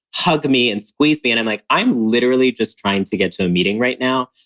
hug me and squeeze me. and i'm like, i'm literally just trying to get to a meeting right now.